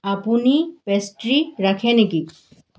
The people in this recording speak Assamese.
আপুনি পেষ্ট্ৰি ৰাখে নেকি